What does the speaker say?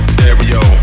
Stereo